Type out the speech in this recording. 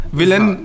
villain